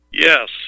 Yes